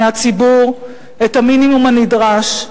מהציבור את המינימום הנדרש,